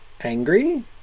Angry